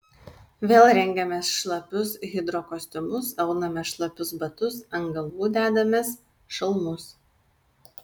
vėl rengiamės šlapius hidrokostiumus aunamės šlapius batus ant galvų dedamės šalmus